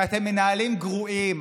כי אתם מנהלים גרועים.